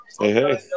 hey